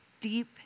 deep